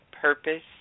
purpose